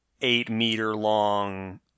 eight-meter-long